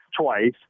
twice